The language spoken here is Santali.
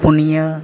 ᱯᱩᱱᱤᱭᱟᱹ